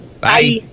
Bye